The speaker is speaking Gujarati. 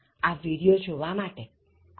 આ વિડિયો જોવા માટે આભાર